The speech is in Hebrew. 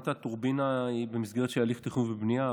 הקמת הטורבינה היא במסגרת של הליך תכנון ובנייה,